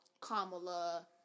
Kamala